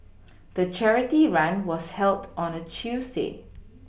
the charity run was held on a Tuesday